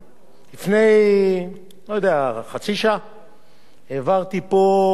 לפני כחצי שעה העברתי פה חוק